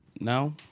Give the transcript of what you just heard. Now